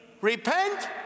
repent